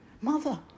Mother